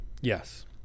Yes